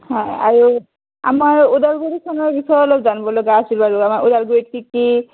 হয় আৰু আমাৰ ওদালগুৰিখনৰ বিষয় অলপ জানব লগা আছিল আৰু আমাৰ ওদালগুৰিত কি কি